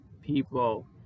people